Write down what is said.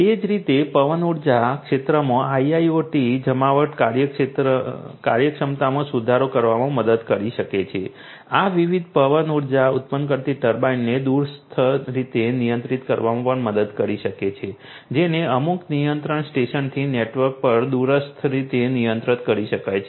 તે જ રીતે પવન ઉર્જા ક્ષેત્રમાં IIoT જમાવટ કાર્યક્ષમતામાં સુધારો કરવામાં મદદ કરી શકે છે આ વિવિધ પવન ઉત્પન્ન કરતી ટર્બાઇનોને દૂરસ્થ રીતે નિયંત્રિત કરવામાં પણ મદદ કરી શકે છે જેને અમુક નિયંત્રણ સ્ટેશનથી નેટવર્ક પર દૂરસ્થ રીતે નિયંત્રિત કરી શકાય છે